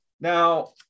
Now